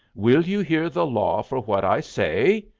will you hear the law for what i say?